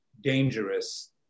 dangerous